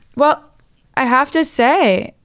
well i have to say,